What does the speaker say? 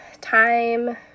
time